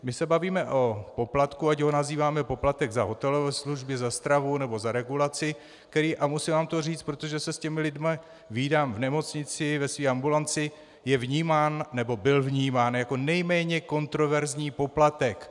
My se bavíme o poplatku, ať ho nazýváme poplatek za hotelové služby, za stravu, nebo za regulaci, který a musím vám to říci, protože se s těmi lidmi vídám v nemocnici, ve své ambulanci je vnímán, nebo byl vnímán jako nejméně kontroverzní poplatek.